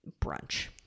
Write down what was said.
brunch